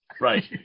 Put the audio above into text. right